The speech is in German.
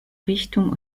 richtung